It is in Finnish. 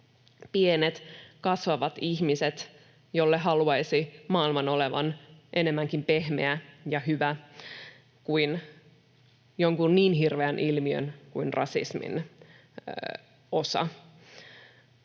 pienet, kasvavat ihmiset, joille haluaisi maailman olevan enemmänkin pehmeä ja hyvä kuin jonkun niin hirveän ilmiön kuin rasismin osa.